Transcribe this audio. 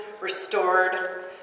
restored